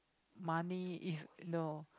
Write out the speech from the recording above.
money if no